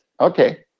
Okay